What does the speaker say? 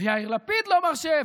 ויאיר לפיד לא מרשה,